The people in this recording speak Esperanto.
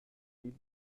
pri